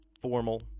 formal